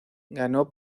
ganó